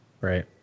Right